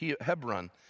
Hebron